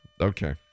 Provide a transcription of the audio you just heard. Okay